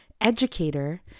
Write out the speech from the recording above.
educator